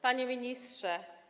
Panie Ministrze!